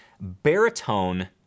baritone